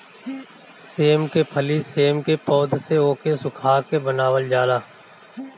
सेम के फली सेम के पौध से ओके सुखा के बनावल जाला